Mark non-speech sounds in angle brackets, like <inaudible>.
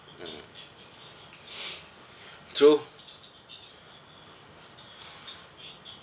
mm <noise> true